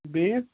بیٚیہِ